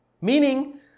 Meaning